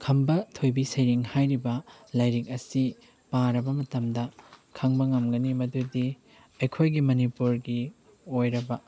ꯈꯝꯕ ꯊꯣꯏꯕꯤ ꯁꯩꯔꯦꯡ ꯍꯥꯏꯔꯤꯕ ꯂꯥꯏꯔꯤꯛ ꯑꯁꯤ ꯄꯥꯔꯕ ꯃꯇꯝꯗ ꯈꯪꯕ ꯉꯝꯒꯅꯤ ꯃꯗꯨꯗꯤ ꯑꯩꯈꯣꯏꯒꯤ ꯃꯅꯤꯄꯨꯔꯒꯤ ꯑꯣꯏꯔꯕ